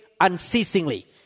unceasingly